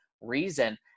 reason